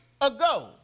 ago